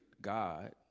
God